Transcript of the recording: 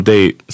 Date